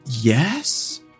Yes